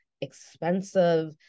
expensive